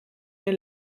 mir